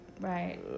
right